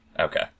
Okay